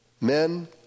men